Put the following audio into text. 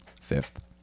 fifth